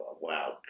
Wow